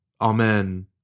Amen